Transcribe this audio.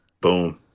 Boom